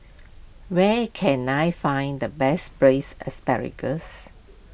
where can I find the best Braised Asparagus